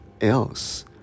else